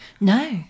no